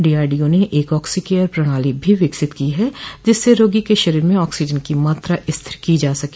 DRDO ने एक Oxycare प्रणाली भी विकसित की है जिससे रोगी के शरीर में ऑक्सीजन की मात्रा स्थिर की जा सके